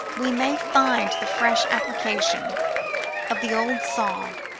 we may find the fresh application of the old saw,